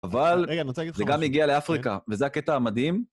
אבל... -רגע, אני רוצה להגיד לך משהו. -זה גם הגיע לאפריקה, וזה הקטע המדהים.